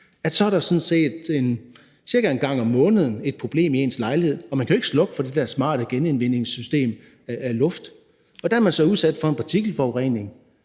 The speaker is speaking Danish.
For så er der sådan set cirka en gang om måneden et problem i ens lejlighed, for man kan jo ikke slukke for det der smarte genindvindingssystem af luft. Der er man så udsat for en partikelforurening,